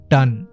Done